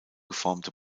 geformte